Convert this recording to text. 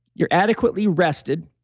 you're adequately rested,